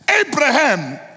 Abraham